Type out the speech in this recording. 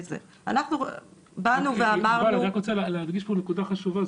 אנחנו באנו ואמרנו --- ענבל אני רק רוצה להדגיש פה נקודה חשובה,